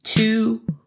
Two